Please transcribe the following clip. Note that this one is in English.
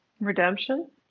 Redemption